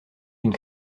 une